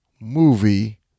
movie